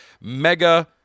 Mega